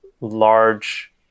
large